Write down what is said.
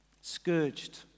scourged